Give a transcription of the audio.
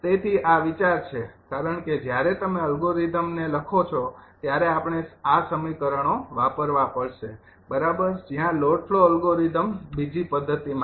તેથી આ વિચાર છે કારણ કે જ્યારે તમે અલ્ગોરિધમને લખો છો ત્યારે આપણે આ સમીકરણો વાપરવા પડશે બરાબર જ્યાં લોડ ફ્લો એલ્ગોરિધમ બીજી પદ્ધતિ માટે